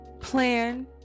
Plan